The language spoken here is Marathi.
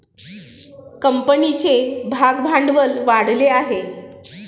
कंपनीचे भागभांडवल वाढले आहे